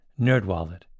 NerdWallet